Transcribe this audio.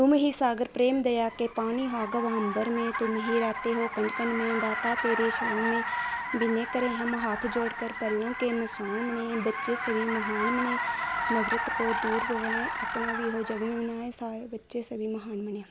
तुम ही सागर प्रेम दया के पानी होगा अम्बर में तुम ही रहते हो कण कण में दाता तेरे शरण में विनय करें हम हाथ जोड़ के परनों के हम मसान बनें बच्चे सभी महान बनें नफरत को हो दूर करें अपना सब जगत बनें सारे बच्चे सभी महान बनें